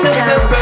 down